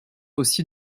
aussi